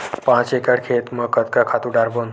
पांच एकड़ खेत म कतका खातु डारबोन?